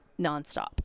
nonstop